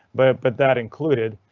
but but that included.